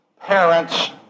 parents